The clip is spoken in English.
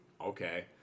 Okay